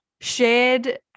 shared